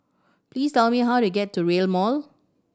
please tell me how to get to Rail Mall